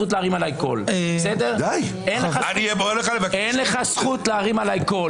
אין לך זכות להרים עלי קול.